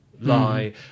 lie